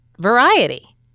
variety